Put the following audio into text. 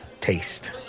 taste